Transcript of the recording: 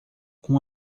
com